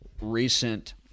recent